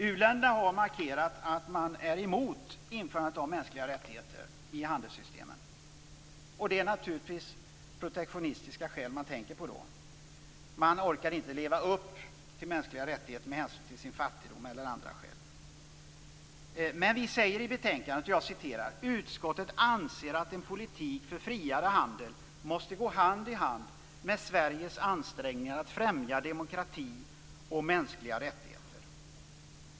U-länderna har markerat att man är emot införandet av mänskliga rättigheter i handelssystemen, och det är naturligtvis protektionistiska skäl man tänker på. Man orkar inte leva upp till mänskliga rättigheter med hänsyn till sin fattigdom eller andra skäl. Vi säger så här i betänkandet: "Utskottet anser att en politik för friare handel måste gå hand i hand med Sveriges ansträngningar att främja demokrati och mänskliga rättigheter."